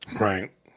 Right